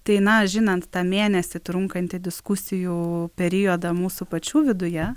tai na žinant tą mėnesį trunkantį diskusijų periodą mūsų pačių viduje